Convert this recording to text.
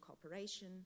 cooperation